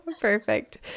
Perfect